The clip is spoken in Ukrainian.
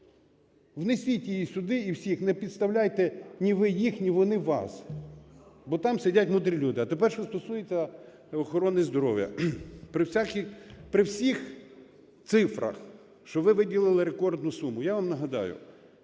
Внесіть її сюди, і всіх не підставляйте, ні ви їх, ні вони вас. Бо там сидять мудрі люди. А тепер, що стосується охорони здоров'я. При всіх цифрах, що ви виділили рекордну суму, я вам нагадаю,